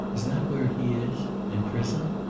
is that where he is? in prison?